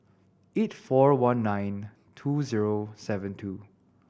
eight four one nine two zero seven two